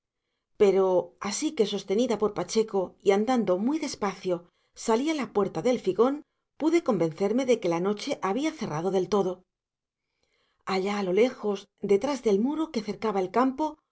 pero así que sostenida por pacheco y andando muy despacio salí a la puerta del figón pude convencerme de que la noche había cerrado del todo allá a lo lejos detrás del muro que cercaba el campo